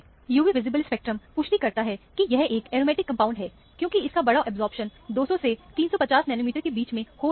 UV visible spectrum पुष्टि करता है कि यह एक एरोमेटिक कंपाउंड है क्योंकि इसका बड़ा अब्जॉर्प्शन 200 से 350 नैनोमीटर के बीच में हो रहा है